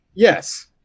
Yes